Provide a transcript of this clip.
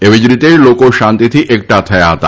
એવી જ રીતે લોકો શાંતીથી એકઠા થયા હતા